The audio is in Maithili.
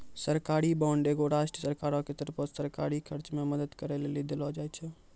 सरकारी बांड एगो राष्ट्रीय सरकारो के तरफो से सरकारी खर्च मे मदद करै लेली देलो जाय छै